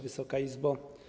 Wysoka Izbo!